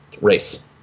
race